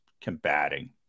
combating